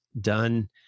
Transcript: done